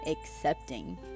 accepting